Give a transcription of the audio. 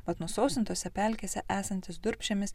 bet nusausintose pelkėse esantis durpžemis